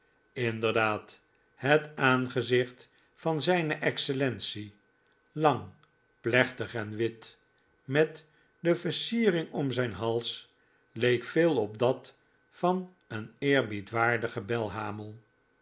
inderdaad het aangezicht van zijne excellentie lang plechtig en wit met de versiering om zijn hals leek veel op dat van een eerbiedwaardigen belhamel